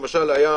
למשל,